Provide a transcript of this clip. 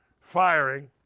Firing